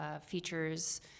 features